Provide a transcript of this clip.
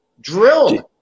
Drilled